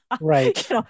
Right